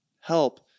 help